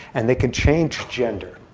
and they can change gender.